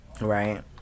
Right